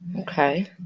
Okay